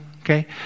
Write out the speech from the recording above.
Okay